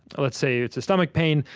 let's say it's a stomach pain,